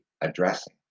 addressing